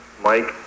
Mike